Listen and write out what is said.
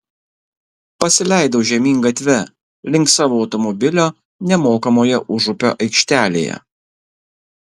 pasileidau žemyn gatve link savo automobilio nemokamoje užupio aikštelėje